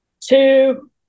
two